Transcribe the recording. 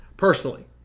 Personally